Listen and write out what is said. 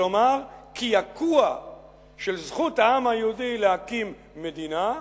כלומר קעקוע של זכות העם היהודי להקים מדינה.